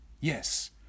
Yes